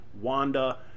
Wanda